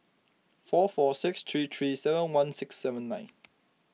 four four six three three seven one six seven nine